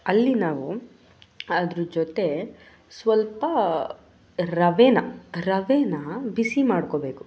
ಅಲ್ಲಿ ನಾವು ಅದ್ರ ಜೊತೆ ಸ್ವಲ್ಪ ರವೆನ ರವೆನಾ ಬಿಸಿ ಮಾಡ್ಕೋಬೇಕು